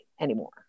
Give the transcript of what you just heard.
anymore